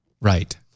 Right